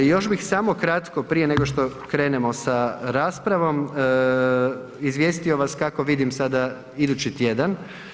Još bih samo kratko prije nego što krenemo sa raspravom, izvijestio vas kako vidim sada idući tjedan.